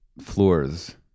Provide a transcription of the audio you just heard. floors